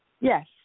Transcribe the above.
Yes